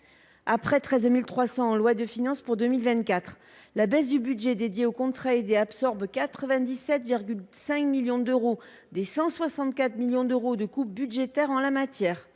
déjà été en loi de finances pour 2024. La baisse du budget dédié aux contrats aidés absorbe 97,5 millions d’euros des 164 millions d’euros de coupes budgétaires en la matière